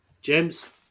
James